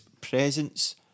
presence